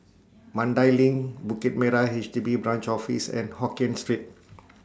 Mandai LINK Bukit Merah H D B Branch Office and Hokkien Street